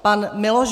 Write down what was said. Pan Miloš